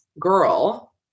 girl